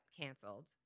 canceled